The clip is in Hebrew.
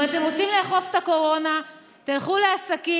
אם אתם רוצים לאכוף את הגבלות הקורונה תלכו לעסקים,